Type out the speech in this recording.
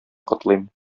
котлыйм